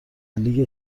لیگ